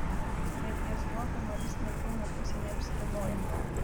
bet ties tuo humoristinė filmo pusė neapsiriboja